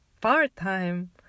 part-time